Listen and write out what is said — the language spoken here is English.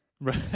right